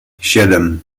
siedem